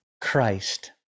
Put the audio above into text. Christ